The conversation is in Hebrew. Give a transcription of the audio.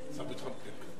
ולאחר מכן נעבור